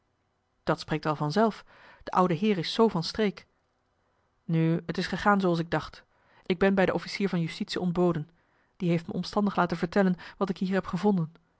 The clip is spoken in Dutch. dat spreekt wel van zelf de oude heer is z van streek nu t is gegaan zooals ik dacht ik ben bij de officier van justitie ontboden die heeft me omstandig laten vertellen wat ik hier heb gevonden